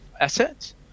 assets